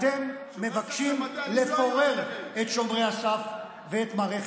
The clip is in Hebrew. אתם מבקשים לפורר את שומרי הסף ואת מערכת המשפט.